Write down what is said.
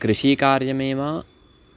कृषिकार्यमेव